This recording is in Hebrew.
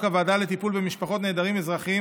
הוועדה לטיפול במשפחות נעדרים אזרחיים,